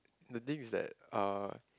the thing is that uh